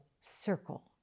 circle